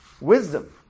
Wisdom